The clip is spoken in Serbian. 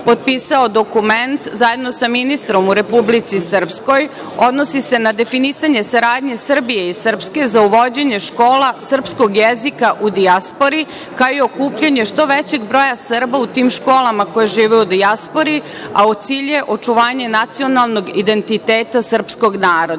potpisao dokument zajedno sa ministrom u Republici Srpskoj odnosi se na definisanje saradnje Srbije i Srpske za uvođenje škola srpskog jezika u dijaspori, kao i okupljanje što većeg broja Srba u tim školama koje žive u dijaspori, a u cilju je očuvanja nacionalnog identiteta srpskog naroda. Tom